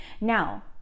now